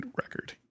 record